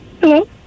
Hello